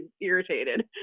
irritated